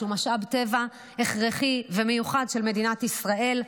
שהוא משאב טבע הכרחי ומיוחד של מדינת ישראל,